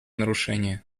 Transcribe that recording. нарушения